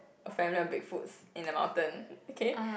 a family of Big Foots in the mountain okay